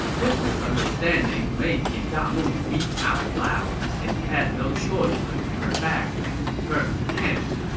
this misunderstanding made yin damu weep out loud, and he had no choice but to turn back and return to camp